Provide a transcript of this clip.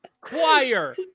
Choir